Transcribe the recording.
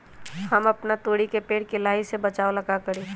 हम अपना तोरी के पेड़ के लाही से बचाव ला का करी?